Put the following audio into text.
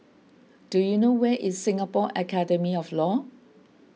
do you know where is Singapore Academy of Law